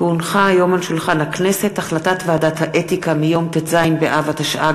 כי הונחה היום על שולחן הכנסת החלטת ועדת האתיקה מיום ט"ז באב התשע"ג,